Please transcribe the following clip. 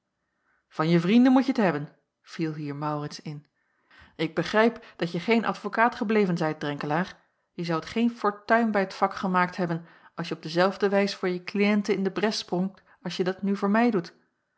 van je vrienden moet je t hebben viel hier maurits in ik begrijp dat je geen advokaat gebleven zijt drenkelaer je zoudt geen fortuin bij t vak gemaakt hebben als je op dezelfde wijs voor je kliënten in de bres sprongt als je t nu voor mij doet